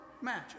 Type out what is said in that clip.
match